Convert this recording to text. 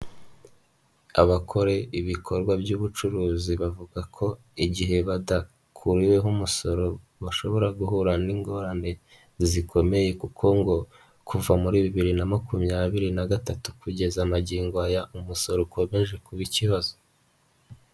Abakora ibikorwa by'ubucuruzi bavuga ko igihe badakuriweho umusoro bashobora guhura n'ingorane zikomeye kuko ngo kuva muri bibiri na makumyabiri na gatatu kugeza magingo aya umusoro ukomeje kuba ikibazo.